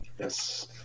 Yes